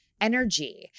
energy